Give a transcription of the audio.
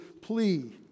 plea